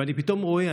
ואני פתאום רואה,